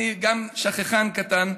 אני גם שכחן קטן,